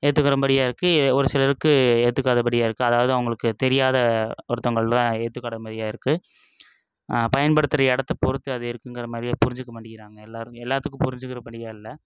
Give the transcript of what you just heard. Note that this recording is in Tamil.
ஏத்துக்கரும்படியாக இருக்குது ஒரு சிலருக்கு ஏத்துக்காதபடியாக இருக்குது அதாவது அவங்களுக்கு தெரியாத ஒருத்தவங்கள் தான் ஏற்றுக்காத மாதிரியா இருக்குது பயன்படுத்துகிற இடத்த பொறுத்து அது இருக்குங்கிற மாதிரியே புரிஞ்சுக்க மாட்டேகிறாங்க எல்லோரும் எல்லாத்துக்கும் புரிஞ்சிக்குறபடியாக இல்லை